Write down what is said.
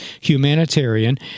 humanitarian